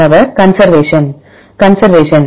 மாணவர் conservation conservation